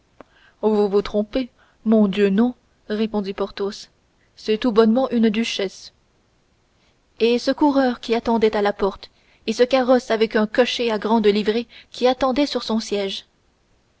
vous vous trompez mon dieu non répondit porthos c'est tout bonnement une duchesse et ce coureur qui attendait à la porte et ce carrosse avec un cocher à grande livrée qui attendait sur son siège